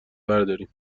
برداریم